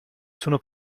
sono